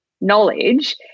knowledge